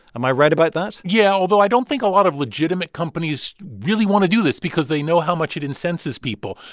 am i right about that? yeah, although i don't think a lot of legitimate companies really want to do this because they know how much it incenses people.